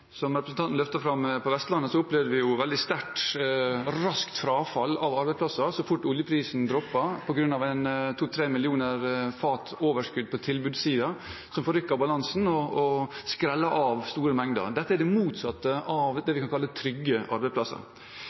som representanten løftet fram, på Vestlandet opplevde vi jo veldig sterkt et raskt frafall av arbeidsplasser så fort oljeprisen sank på grunn av 2–3 millioner fat overskudd på tilbudssiden som forrykket balansen og skrellet av store mengder. Dette er det motsatte av det vi kan kalle trygge arbeidsplasser.